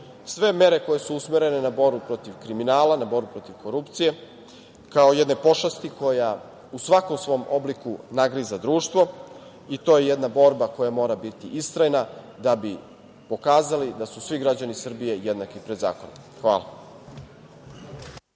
sve mere koje su usmerene na borbu protiv kriminala, na borbu protiv korupcije, kao jedne pošasti koja u svakom svom obliku nagriza društvo. To je jedna borba koja mora biti istrajna, da bi pokazali da su svi građani Srbije jednaki pred zakonom. Hvala.